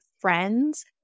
friends